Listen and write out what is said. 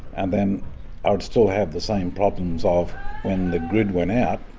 and then i would still have the same problems of when the grid went out,